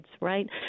right